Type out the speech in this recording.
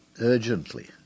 urgently